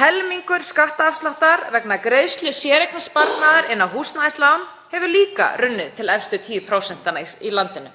Helmingur skattafsláttar vegna greiðslna séreignarsparnaðar inn á húsnæðislán hefur líka runnið til efstu 10% í landinu.